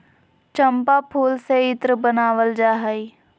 चम्पा फूल से इत्र बनावल जा हइ